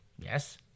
Yes